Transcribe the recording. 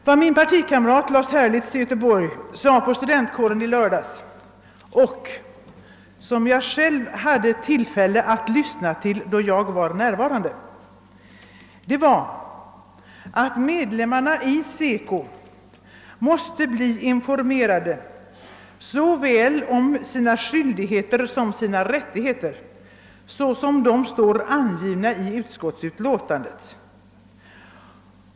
Vad min partikamrat Lars Herlitz i Göteborg sade på studentkåren i lördags — jag var själv närvarande och hade alltså tillfälle att lyssna på honom — var att medlemmarna i SECO måste bli informerade såväl om sina skyldigheter som om sina rättigheter, sådana dessa angivits i utskottsutlåtandet.